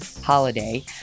Holiday